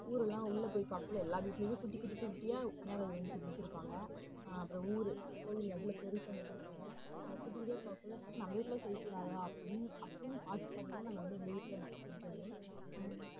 ஊருலான் உள்ளே போய் பார்க்ககுல எல்லா வீட்டுலேயுமே குட்டி குட்டி குட்டியாக விநாயகர் வந்து செஞ்சு வச்சுருப்பாங்க அப்புறம் ஊர் கோவில் நடுவில் பெருசு ஒன்று வச்சுருப்பாங்க அந்த குட்டி குட்டியாக பார்க்ககுல்ல ஏன் நம்ம வீட்டுலலான் செய்ய கூடாதா அப்புடின்னு அப்புடின்னு பார்த்து பார்த்து தான் நாங்கள் வந்து எங்கள் வீட்டில் நாங்கள் செஞ்சமே